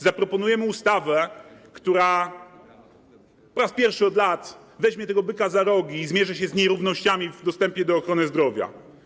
Zaproponujemy ustawę, dzięki której po raz pierwszy od lat weźmiemy tego byka za rogi i zmierzymy się z nierównościami w dostępie do ochrony zdrowia.